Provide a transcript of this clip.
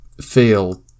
feel